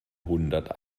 hundert